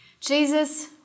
Jesus